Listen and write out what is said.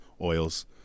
oils